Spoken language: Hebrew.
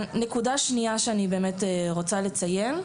נקודה שנייה שאני רוצה לציין.